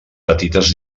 petites